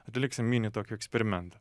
atliksim mini tokį eksperimentą